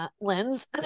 lens